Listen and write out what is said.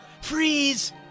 Freeze